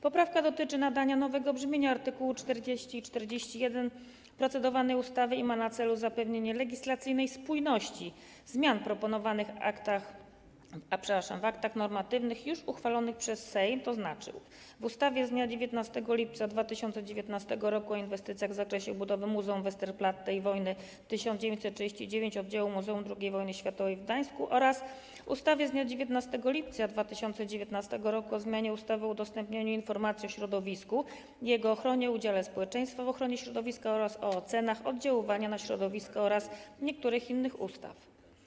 Poprawka dotyczy nadania nowego brzmienia art. 40 i art. 41 procedowanej ustawy i ma na celu zapewnienie legislacyjnej spójności zmian proponowanych w aktach normatywnych już uchwalonych przez Sejm, tzn. w ustawie z dnia 19 lipca 2019 r. o inwestycjach w zakresie budowy Muzeum Westerplatte i Wojny 1939 - Oddziału Muzeum II Wojny Światowej w Gdańsku oraz ustawy z dnia 19 lipca 2019 r. o zmianie ustawy o udostępnianiu informacji o środowisku, jego ochronie, udziale społeczeństwa w ochronie środowiska oraz o ocenach oddziaływania na środowisko oraz niektórych innych ustaw.